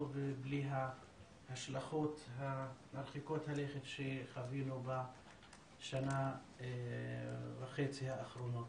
בלי ההשלכות מרחיקות הלכת שחווינו בשנה וחצי האחרונות.